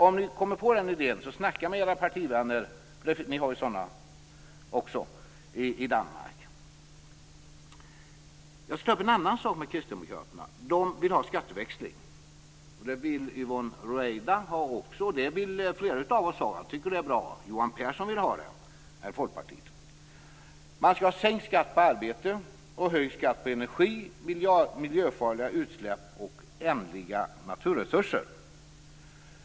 Om ni har den idén är rådet att tala med era partivänner i Danmark. Ni har ju också partivänner där. Sedan skall jag ta upp en annan sak med Kristdemokraterna som vill ha skatteväxling. Det vill även Yvonne Ruwaida och flera andra av oss ha, för det är bra. Johan Pehrson från Folkpartiet vill också ha det. Man skall ha sänkt skatt på arbete och höjd skatt på energi, miljöfarliga utsläpp och ändliga naturresurser.